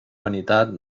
vanitat